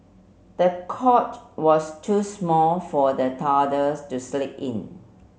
the cot was too small for the toddlers to sleep in